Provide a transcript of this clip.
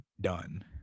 done